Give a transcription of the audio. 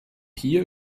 hier